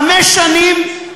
חמש שנים,